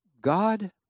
God